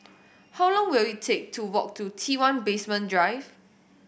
how long will it take to walk to T One Basement Drive